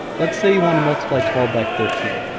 let's say you want to multiply twelve by thirteen